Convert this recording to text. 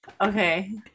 okay